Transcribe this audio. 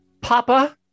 Papa